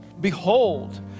behold